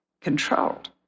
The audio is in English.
controlled